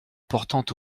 portant